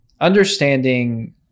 understanding